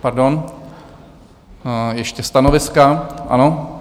Pardon, ještě stanoviska, ano.